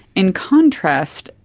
in contrast,